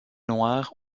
noirs